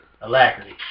Alacrity